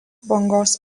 bangos